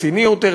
רציני יותר.